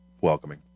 welcoming